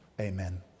Amen